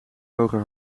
hoger